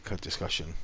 discussion